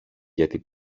γιατί